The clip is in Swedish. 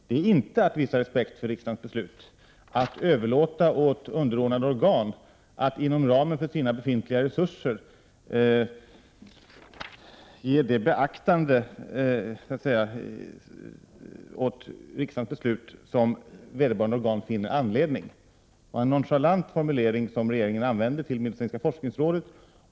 Det är inte att visa respekt för riksdagens beslut att överlåta åt underordnade organ att inom ramen för sina befintliga resurser beakta riksdagens beslut såsom vederbörande organ finner anledning till. Regeringen använde en nonchalant formulering till medicinska forskningsrådet.